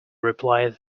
replied